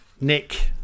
Nick